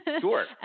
Sure